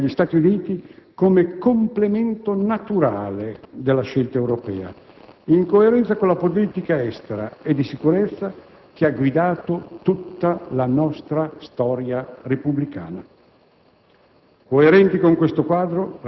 E noi guardiamo all'Alleanza Atlantica e agli Stati Uniti come complemento naturale della scelta europea, in coerenza con la politica estera e di sicurezza che ha guidato tutta la nostra storia repubblicana.